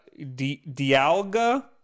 Dialga